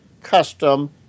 custom